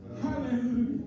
Hallelujah